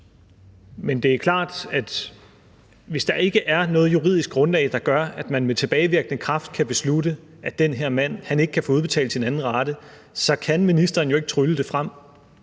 Men det er klart, at hvis der ikke er noget juridisk grundlag, der gør, at man med tilbagevirkende kraft kan beslutte, at den her mand ikke kan få udbetalt sin anden rate, så kan ministeren jo ikke trylle det frem,